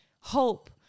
hope